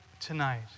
tonight